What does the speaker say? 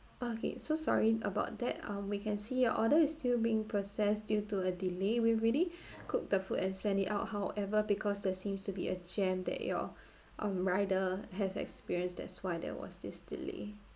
okay so sorry about that um we can see your order is still being processed due to a delay we really cook the food and send it out however because there seems to be a jam that your um rider had experienced that's why there was this delay